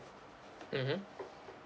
mmhmm